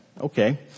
okay